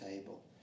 table